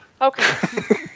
Okay